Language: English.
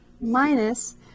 minus